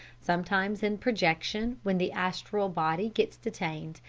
sometimes in projection when the astral body gets detained,